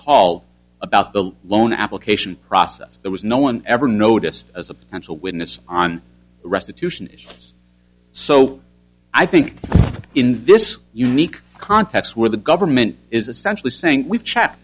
called about the loan application process there was no one ever noticed as a potential witness on restitution so i think in this unique context where the government is essentially saying we've ch